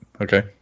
Okay